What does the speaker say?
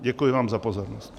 Děkuji vám za pozornost.